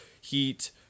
heat